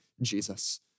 Jesus